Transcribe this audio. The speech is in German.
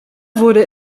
wurde